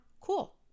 Cool